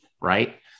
right